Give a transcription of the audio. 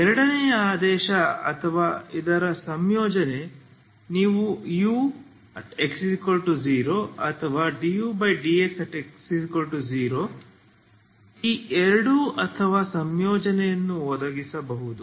ಎರಡನೆಯ ಆದೇಶ ಅಥವಾ ಇದರ ಸಂಯೋಜನೆ ನೀವು u|x0 ಅಥವಾ ∂u∂x|x0 ಈ ಎರಡು ಅಥವಾ ಸಂಯೋಜನೆಯನ್ನು ಒದಗಿಸಬಹುದು